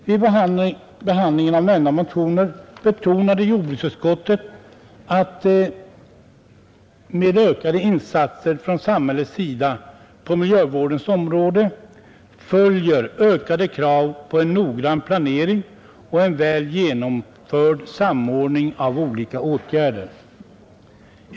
Vid behandlingen av nämnda motioner betonade jordbruksutskottet att med ökade insatser från samhällets sida på miljövårdens område följer ökade krav på en noggrann planering och en väl genomförd samordning av olika åtgärder.